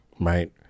Right